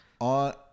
On